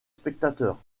spectateurs